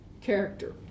character